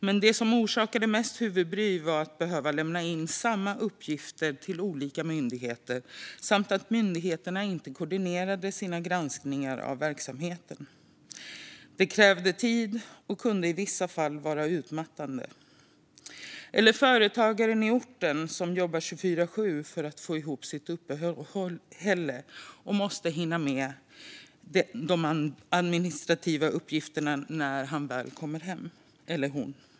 Men det som orsakade mest huvudbry var att behöva lämna in samma uppgifter till olika myndigheter samt att myndigheterna inte koordinerade sina granskningar av verksamheten. Det krävde tid och kunde i vissa fall vara utmattande. Det kan också handla om företagaren i orten som jobbar 24:7 för att få ihop till sitt uppehälle och måste hinna med de administrativa uppgifterna när han eller hon väl kommer hem.